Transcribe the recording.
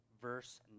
verse